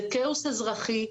זה כאוס אזרחי,